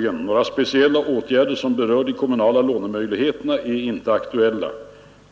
4. Några speciella åtgärder som berör de kommunala lånemöjligheterna är inte aktuella.